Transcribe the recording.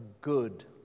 good